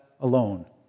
Alone